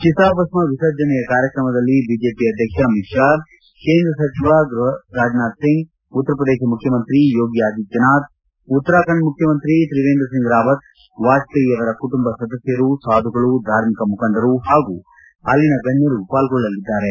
ಚಿತಾಭಸ್ನ ವಿಸರ್ಜನೆಯ ಕಾರ್ಯಕ್ರಮದಲ್ಲಿ ಬಿಜೆಪಿ ಅಧ್ಯಕ್ಷ ಅಮಿತ್ ಶಾ ಕೇಂದ್ರ ಗೃಹ ಸಚಿವ ರಾಜನಾಥ್ ಸಿಂಗ್ ಉತ್ತರಪ್ರದೇಶ ಮುಖ್ಚಮಂತ್ರಿ ಯೋಗಿ ಆದಿತ್ತನಾಥ್ ಉತ್ತರಾಖಂಡ್ ಮುಖ್ಚಮಂತ್ರಿ ತ್ರಿವೇಂದ್ರಸಿಂಗ್ ರಾವತ್ ವಾಜಪೇಯಿ ಅವರ ಕುಟುಂಬ ಸದಸ್ನರು ಸಾಧುಗಳು ಧಾರ್ಮಿಕ ಮುಖಂಡರು ಹಾಗೂ ಅಲ್ಲಿನ ಗಣ್ಣರು ಪಾರ್ಗೊಳ್ಳಲಿದ್ದಾರೆ